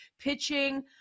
pitching